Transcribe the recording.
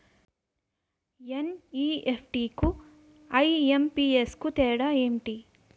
NEFT కు IMPS కు తేడా ఎంటి?